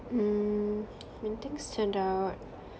mm when things turned out